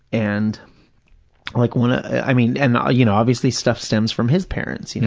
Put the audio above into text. and like one of, i mean, and, ah you know, obviously stuff stems from his parents. you know,